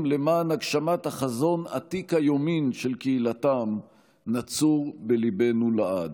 למען הגשמת החזון עתיק היומין של קהילתם נצור בליבנו לעד.